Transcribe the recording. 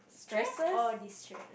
stress or destress